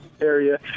area